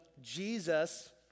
Jesus